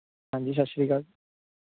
ਹਾਂਜੀ ਸਤਿ ਸ਼੍ਰੀ ਕਾਲ